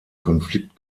konflikt